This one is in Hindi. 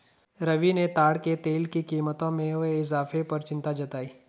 रवि ने ताड़ के तेल की कीमतों में हुए इजाफे पर चिंता जताई